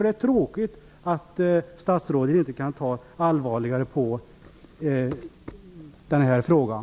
Det är tråkigt att statsrådet inte tar allvarligare på den här frågan.